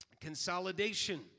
consolidation